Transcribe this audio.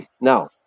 Now